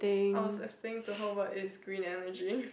I was explaining to her what is green energy